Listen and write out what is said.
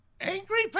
Angry